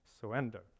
surrender